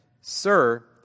Sir